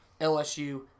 LSU